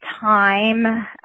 time